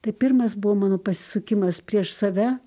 tai pirmas buvo mano pasisukimas prieš save